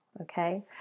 okay